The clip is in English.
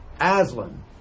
Aslan